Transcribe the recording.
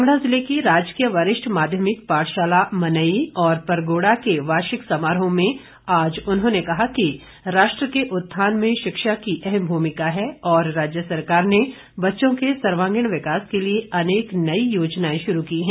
कांगड़ा जिले की राजकीय वरिष्ठ माध्यमिक पाठशाला मनैई और परगोड़ के वार्षिक समारोह में आज उन्होंने कहा कि राष्ट्र के उत्थान में शिक्षा की अहम भूमिका है और राज्य सरकार ने बच्चों के सर्वांगीण विकास के लिए अनेक नई योजनाएं शुरू की है